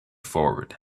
forward